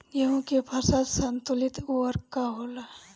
गेहूं के फसल संतुलित उर्वरक का होला?